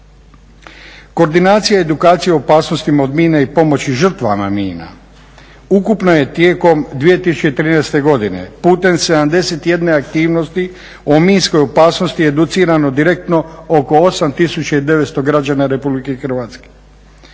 Koordinacija i edukacija opasnosti od mina i pomoći žrtvama mina, ukupno je tijekom 2013.godine putem 71 aktivnosti o minskoj opasnosti je educirano direktno oko 8.900 građana RH.